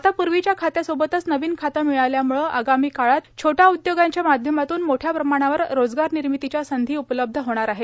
आता पूर्वीच्या खात्यासोबतच नवीन खाते मिळाल्यामुळे आगामी काळात छोट्या उद्योगांच्या माध्यमातून मोठ्या प्रमाणावर रोजगारनिर्मितीच्या संधी उपलब्ध होणार आहेत